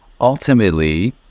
ultimately